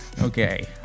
Okay